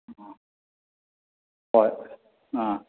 ꯑꯣ ꯍꯣꯏ ꯑꯥ